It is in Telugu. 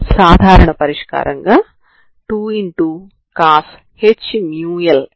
కాబట్టి ఇది మీ మరియు ఇది మీ అవుతుంది